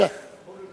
אדוני